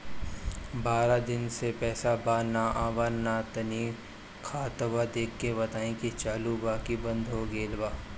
बारा दिन से पैसा बा न आबा ता तनी ख्ताबा देख के बताई की चालु बा की बंद हों गेल बा?